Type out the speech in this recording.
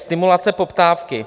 Stimulace poptávky.